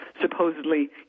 supposedly